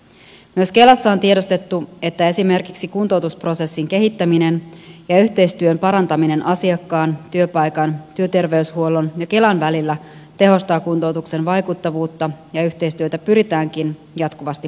myös kelassa on tiedostettu että esimerkiksi kuntoutusprosessin kehittäminen ja yhteistyön parantaminen asiakkaan työpaikan työterveyshuollon ja kelan välillä tehostavat kuntoutuksen vaikuttavuutta ja yhteistyötä pyritäänkin jatkuvasti parantamaan